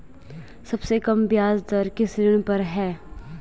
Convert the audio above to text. सबसे कम ब्याज दर किस ऋण पर है?